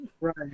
Right